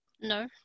No